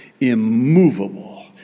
immovable